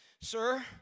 Sir